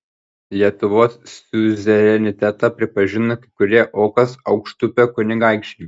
lietuvos siuzerenitetą pripažino kai kurie okos aukštupio kunigaikščiai